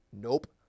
Nope